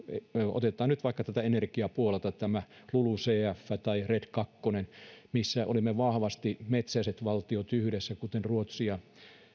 otetaan vaikka täältä energiapuolelta tämä lulucf tai red ii missä olimme me metsäiset valtiot kuten ruotsi ja